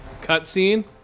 cutscene